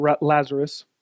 Lazarus